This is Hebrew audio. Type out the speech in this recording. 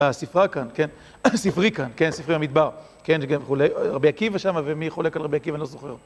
הספרי כאן, ספרי המדבר, רבי עקיבא שם ומי חולק על רבי עקיבא אני לא זוכר.